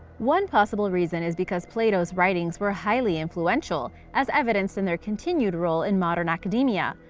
one possible reason is because plato's writings were highly influential, as evidenced in their continued role in modern academia.